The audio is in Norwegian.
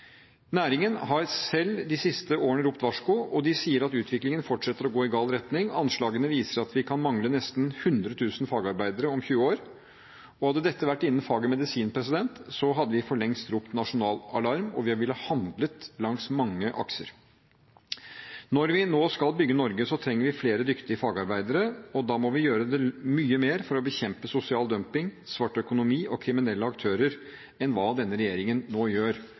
Næringen har selv ropt varsko de siste årene, og den sier at utviklingen fortsetter å gå i gal retning. Anslagene viser at vi kan mangle nesten 100 000 fagarbeidere om 20 år. Hadde dette vært innen faget medisin, hadde vi for lengst ropt nasjonal alarm, og vi ville ha handlet langs mange akser. Når vi nå skal bygge Norge, trenger vi flere dyktige fagarbeidere. Da må vi gjøre mye mer for å bekjempe sosial dumping, svart økonomi og kriminelle aktører enn hva denne regjeringen nå gjør